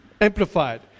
Amplified